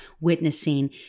witnessing